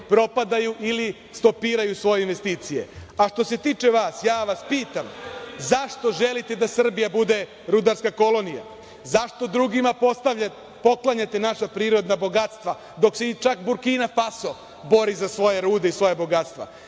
propadaju ili stopiraju svoje investicije. Što se tiče vas, ja vas pitam zašto želite da Srbija bude rudarska kolonija? Zašto drugima poklanjate naša prirodna bogatstva dok se čak Burkina Faso bori za svoje rude i svoja bogatstva?